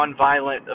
nonviolent